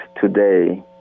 today